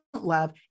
Love